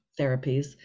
therapies